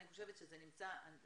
אני חושבת שזה באוצר,